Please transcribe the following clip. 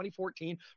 2014